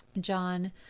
John